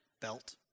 belt